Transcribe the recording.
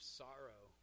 sorrow